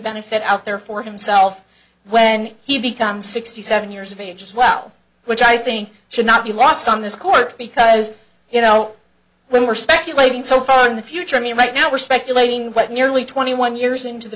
benefit out there for himself when he becomes sixty seven years of age as well which i think should not be lost on this court because you know when we're speculating so far in the future i mean right now we're speculating what nearly twenty one years into the